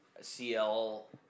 CL